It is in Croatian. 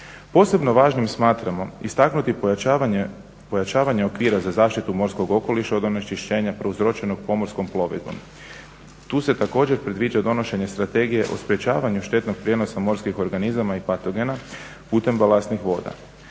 Posebno važnim smatramo istaknuti pojačavanje okvira za zaštitu morskog okoliša od onečišćenja prouzročenog pomorskom plovidbom. Tu se također predviđa donošenje Strategije o sprječavanju štetnog prijenosa morskih organizama i patogena putem balansnih voda.